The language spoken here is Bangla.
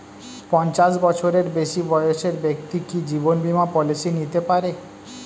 পঞ্চাশ বছরের বেশি বয়সের ব্যক্তি কি জীবন বীমা পলিসি নিতে পারে?